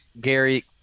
Gary